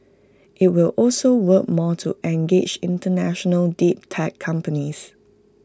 IT will also work more to engage International deep tech companies